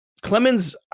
Clemens